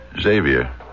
Xavier